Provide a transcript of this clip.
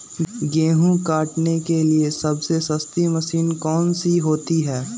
गेंहू काटने के लिए सबसे सस्ती मशीन कौन सी होती है?